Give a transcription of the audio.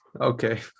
Okay